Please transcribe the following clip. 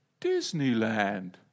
Disneyland